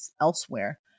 elsewhere